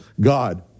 God